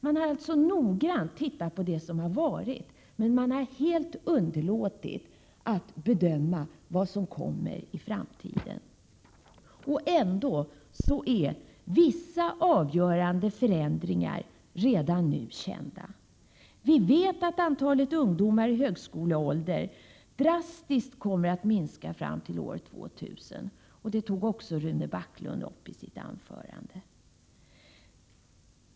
Man har alltså noga tittat på det som har varit, men man har helt underlåtit att bedöma vad som kommer i framtiden — trots att vissa avgörande förändringar redan nu är kända. Vi vet ju att antalet ungdomar i högskoleålder drastiskt kommer att minska fram till år 2000. Detta nämnde Rune Backlund i sitt anförande.